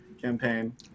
campaign